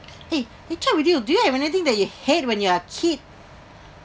!hey! eh check with you do you have anything that you hate when your are kid